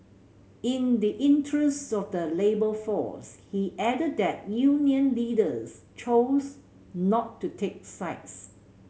in the interest of the labour force he added that union leaders chose not to take sides